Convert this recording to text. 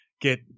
get